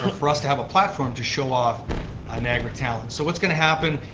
ah for us to have a platform to show off ah niagara talent. so what's going to happen,